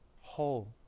whole